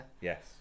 Yes